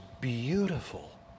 beautiful